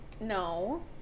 No